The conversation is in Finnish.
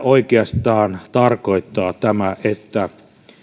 oikeastaan tarkoittaa tämä että